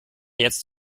jetzt